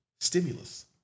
stimulus